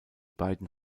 beiden